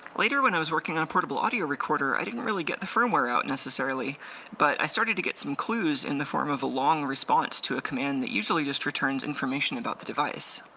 later when i was working on portable audio recorder i didn't really get the firmware out necessarily but i started to get some clues in the form of a long response to a command that usually just returns information about the device.